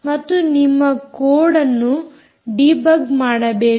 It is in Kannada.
ಮತ್ತು ನಿಮ್ಮ ಕೋಡ್ ಅನ್ನು ಡಿಬಗ್ ಮಾಡಬೇಕು